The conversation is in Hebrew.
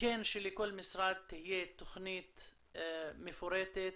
כן שלכל משרד תהיה תוכנית מפורטת